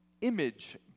image